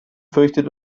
fürchtet